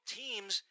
teams